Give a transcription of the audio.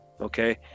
okay